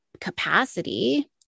capacity